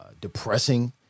depressing